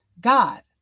God